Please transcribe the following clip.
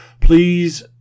please